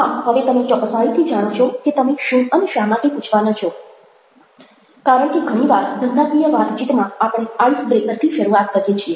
આમ હવે તમે ચોક્કસાઈથી જાણો છો કે તમે શું અને શા માટે પૂછવાના છો કારણ કે ઘણી વાર ધંધાકીય વાતચીતમાં આપણે આઇસ બ્રેકર થી શરૂઆત કરીએ છીએ